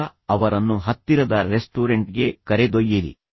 ಇಲ್ಲ ಅವರನ್ನು ಹತ್ತಿರದ ರೆಸ್ಟೋರೆಂಟ್ಗೆ ಕರೆದೊಯ್ಯಿರಿ